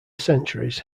centuries